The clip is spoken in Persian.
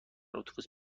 اتوبوس